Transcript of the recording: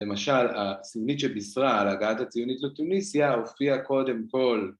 ‫למשל הסנונית שבישרה על ‫הגעת הציונית לתוניסיה, הופיעה קודם כול.